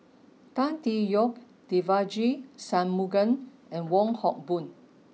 Tan Tee Yoke Devagi Sanmugam and Wong Hock Boon